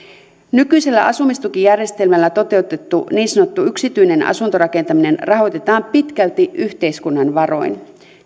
nykyisellä asumistukijärjestelmällä toteutettu niin sanottu yksityinen asuntorakentaminen rahoitetaan pitkälti yhteiskunnan varoin